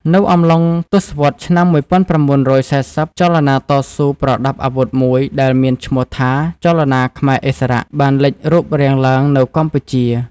នៅអំឡុងទសវត្សរ៍ឆ្នាំ១៩៤០ ចលនាតស៊ូប្រដាប់អាវុធមួយដែលមានឈ្មោះថា ចលនាខ្មែរឥស្សរៈ បានលេចរូបរាងឡើងនៅកម្ពុជា។